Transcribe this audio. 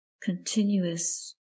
continuous